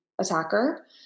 attacker